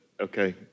okay